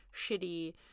shitty